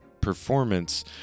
performance